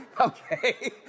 Okay